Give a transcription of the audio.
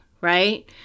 right